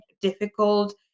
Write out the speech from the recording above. difficult